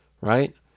right